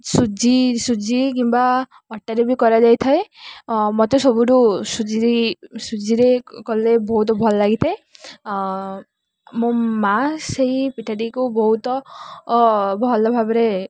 ସୁଜି ସୁଜି କିମ୍ବା ଅଟାରେ ବି କରାଯାଇଥାଏ ମୋତେ ସବୁଠୁ ସୁଜି ସୁଜିରେ କଲେ ବହୁତ ଭଲ ଲାଗିଥାଏ ମୋ ମା' ସେହି ପିଠାଟିକୁ ବହୁତ ଭଲ ଭାବରେ